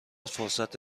فرصت